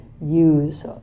use